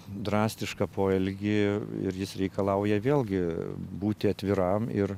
drastišką poelgį ir jis reikalauja vėlgi būti atviram ir